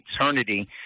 eternity